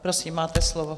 Prosím, máte slovo.